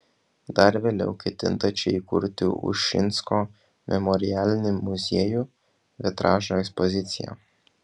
dar vėliau ketinta čia įkurti ušinsko memorialinį muziejų vitražo ekspoziciją